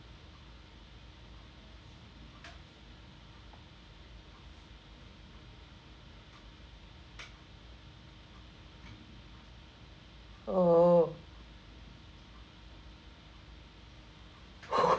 oh